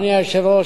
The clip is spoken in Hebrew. אדוני היושב-ראש,